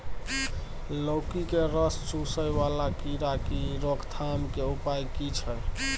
लौकी के रस चुसय वाला कीरा की रोकथाम के उपाय की छै?